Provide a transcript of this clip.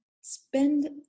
spend